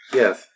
yes